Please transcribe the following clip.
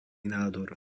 nádor